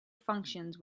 functions